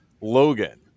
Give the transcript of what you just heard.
Logan